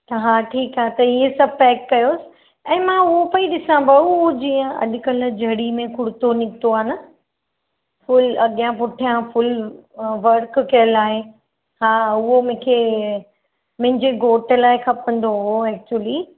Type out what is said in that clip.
त हा ठीकु आहे त इहे सभु पैक कयोसि ऐं मां उअ पई ॾिसा भाऊ जीअं अॼुकल्ह जड़ी में कुर्तो निकितो आहे न फुल अॻियां पुठिया फुल वर्क कयल आहे हा उहो मूंखे मुंहिंजे घोटु लाइ खपंदो ओह एक्चूली